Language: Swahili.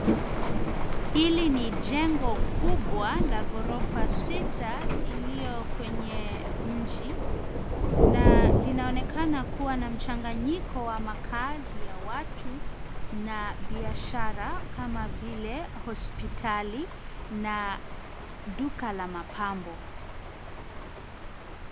Hili ni jengo kubwa la ghorofa sita iliyo kwenye mji na linaonekana kuwa na mchanganyiko wa makaazi ya watu na biashara kama vile hospitali na duka la mapambo.